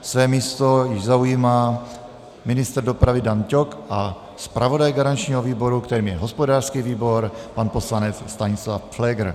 Své místo již zaujímá ministr dopravy Dan Ťok a zpravodaj garančního výboru, kterým je hospodářský výbor, pan poslanec Stanislav Pfléger.